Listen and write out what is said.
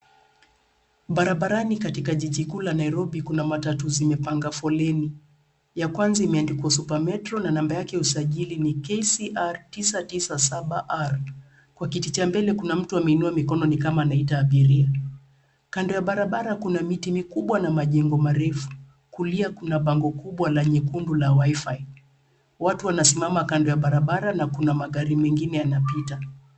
Barabarani katika jiji kuu la Nairobi kuna matatu zimepanga foleni ya kwanza imeandikwa super metro na namba yake ya usajili ni KCR 997R ,kwa kiti cha mbele kuna mtu ameinua mikono ni kama anaita abiria ,kando ya barabara kuna miti mikubwa na majengo marefu kulia kuna bango kubwa la nyekundu la Wi-fi watu wanasimama kando ya barabara na kuna magari mengine yanapita.